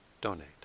donate